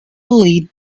lit